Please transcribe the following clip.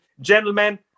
gentlemen